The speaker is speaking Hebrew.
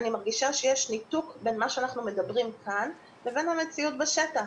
אני מרגישה שיש ניתוק בין מה שאנחנו מדברים כאן לבין המציאות בשטח.